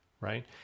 Right